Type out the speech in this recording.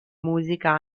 musica